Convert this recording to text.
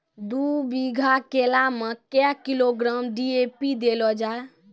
दू बीघा केला मैं क्या किलोग्राम डी.ए.पी देले जाय?